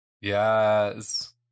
Yes